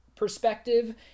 perspective